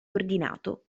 ordinato